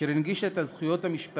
אשר הנגישה את הזכויות המשפטיות